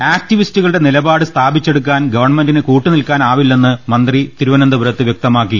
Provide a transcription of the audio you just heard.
ആക്ടി വിസ്റ്റുകളുടെ നിലപാട് സ്ഥാപിച്ചെടുക്കാൻ ഗവൺമെന്റിന് കൂട്ട് നിൽക്കാനാവില്ലെന്ന് മന്ത്രി തിരുവനന്തപുരത്ത് വൃക്തമാക്കി